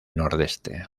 nordeste